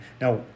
Now